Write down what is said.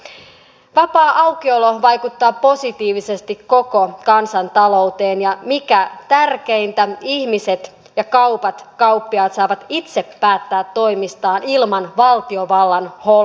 vapaa aukiolo vaikuttaa positiivisesti koko kansantalouteen ja mikä tärkeintä ihmiset kaupat ja kauppiaat saavat itse päättää toimistaan ilman valtiovallan holhousta